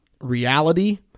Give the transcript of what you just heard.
reality